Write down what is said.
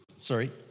sorry